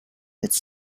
its